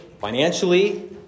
financially